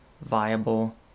Viable